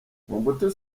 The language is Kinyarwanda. mobutu